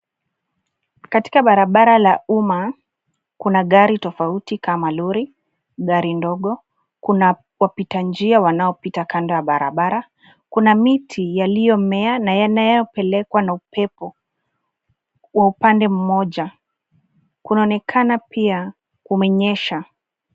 Katika barabara la umma kuna gari tofauti kama lori, gari ndogo, kuna wapita njia wanaopita kando ya barabara, kuna miti yalio mea na yana pelekwa na upepo kwa upande moja, kuna onekana pia kumenyesha.